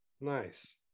Nice